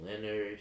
Leonard